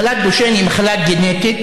מחלת דושן היא מחלה גנטית,